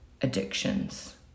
addictions